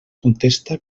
contesta